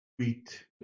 Sweet